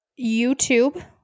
YouTube